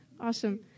Awesome